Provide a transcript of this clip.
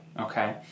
okay